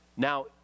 Now